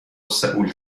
سئول